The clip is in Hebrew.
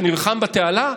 שנלחם בתעלה,